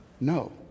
No